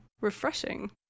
Refreshing